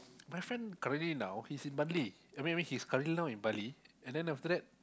my friend currently now he's in Bali I mean I mean he's currently now in Bali